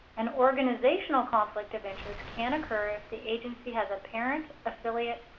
an organizational conflict of interest can occur if the agency has a parent, affiliate,